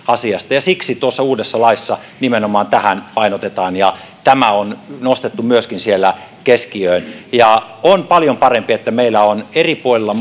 asiasta ja siksi tuossa uudessa laissa nimenomaan tätä painotetaan ja tämä on nostettu myöskin siellä keskiöön on paljon parempi se että meillä on eri puolilla